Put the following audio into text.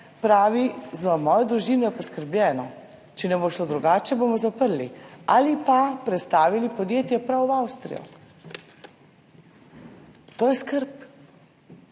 pravi: »Za mojo družino je poskrbljeno, če ne bo šlo drugače, bomo zaprli ali pa prestavili podjetje prav v Avstrijo.« To je skrb,